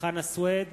חנא סוייד,